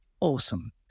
awesome